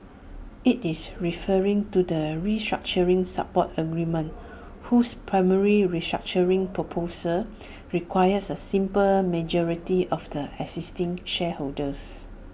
IT is referring to the restructuring support agreement whose primary restructuring proposal requires A simple majority of the existing shareholders